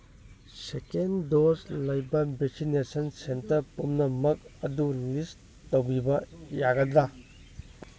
ꯁꯦꯀꯦꯟ dose ꯂꯩꯕ vaccination centre ꯄꯨꯝꯅꯃꯛ ꯑꯗꯨ ꯂꯤꯁ ꯇꯧꯕꯤꯕ ꯌꯥꯒꯗ꯭ꯔꯥ